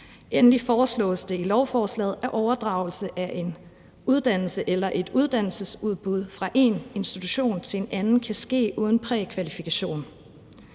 Endelig foreslås det i lovforslaget, at overdragelse af en uddannelse eller et uddannelsesudbud fra én institution til en anden kan ske uden prækvalifikation.